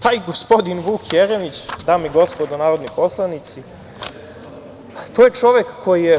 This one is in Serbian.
Taj gospodin Vuk Jeremić, dame i gospodo narodni poslanici, to je čovek koji je